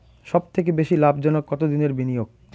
সবথেকে বেশি লাভজনক কতদিনের বিনিয়োগ?